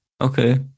okay